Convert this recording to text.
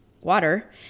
water